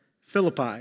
Philippi